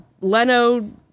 leno